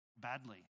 badly